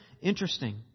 interesting